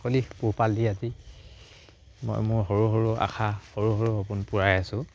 ছাগলী পোহপাল দি আদি মই মোৰ সৰু সৰু আশা সৰু সৰু সপোন পুৰাই আছোঁ